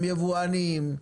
הם יבואנים.